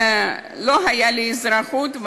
לא הייתה לי אזרחות,